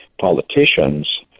politicians